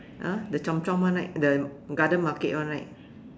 !huh! the chomp chomp one right the garden market one right